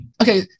okay